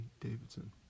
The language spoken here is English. Davidson